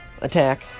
Attack